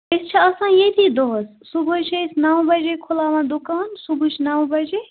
أسۍ چھِ آسان ییٚتی دۄہَس صُبحاے چھِ أسۍ نَو بَجے کُھلاوان دُکان صُبحٕچ نَو بَجے